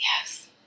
Yes